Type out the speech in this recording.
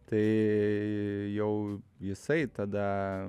tai jau jisai tada